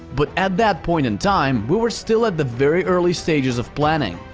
but, at that point in time, we were still at the very early stages of planning.